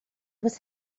was